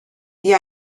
die